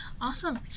Awesome